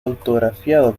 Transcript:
autografiado